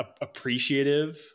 appreciative